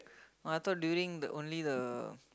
no I thought during the only the